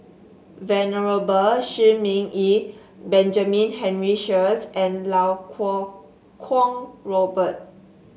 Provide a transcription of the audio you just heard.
Venerable Shi Ming Yi Benjamin Henry Sheares and Iau Kuo Kwong Robert